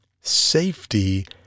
safety